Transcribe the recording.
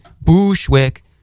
Bushwick